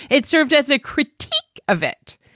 it served as a critique of it,